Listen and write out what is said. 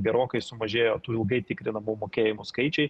gerokai sumažėjo tų ilgai tikrinamų mokėjimų skaičiai